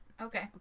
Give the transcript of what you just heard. Okay